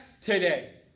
today